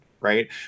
right